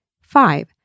Five